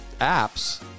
apps